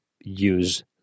use